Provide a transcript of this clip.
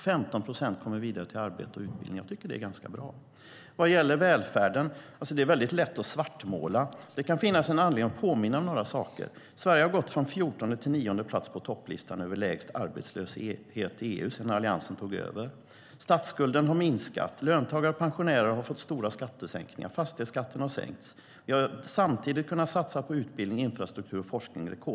15 procent går vidare till arbete och utbildning, vilket jag tycker är ganska bra. Så till frågan om välfärden. Det är lätt att svartmåla, och det kan därför finnas anledning att påminna om några saker. Sverige har gått från fjortonde till nionde plats på topplistan över lägst arbetslöshet i EU sedan Alliansen tog över. Statsskulden har minskat. Löntagare och pensionärer har fått stora skattesänkningar. Fastighetsskatten har sänkts. Samtidigt har vi kunnat satsa rekordmycket på utbildning, infrastruktur och forskning.